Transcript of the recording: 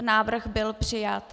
Návrh byl přijat.